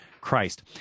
christ